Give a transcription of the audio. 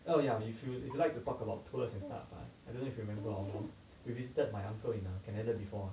oh ya if you if you like to talk about tours and stuff ah I don't know if you remember 我们 visited my uncle in canada before ah